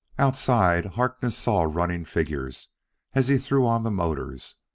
outside harkness saw running figures as he threw on the motors.